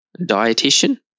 dietitian